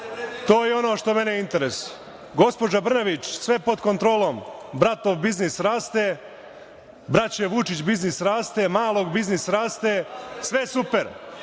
To je ono što mene interes. Gospođo Brnabić, sve je pod kontrolom. Bratov biznis raste, braće Vučić biznis raste, Malog biznis raste. Sve je super.